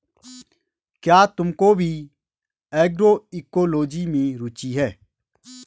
क्या तुमको भी एग्रोइकोलॉजी में रुचि है?